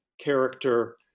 character